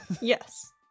Yes